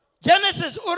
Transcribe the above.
Genesis